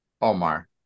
Omar